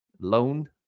loan